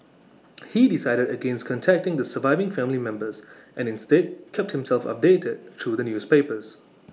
he decided against contacting the surviving family members and instead kept himself updated through the newspapers